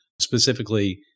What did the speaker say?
Specifically